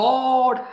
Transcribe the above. God